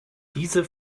diese